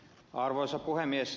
arvoisa puhemies